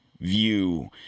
view